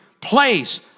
place